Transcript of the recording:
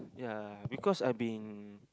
ya because I been